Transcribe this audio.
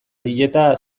dieta